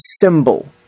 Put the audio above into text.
symbol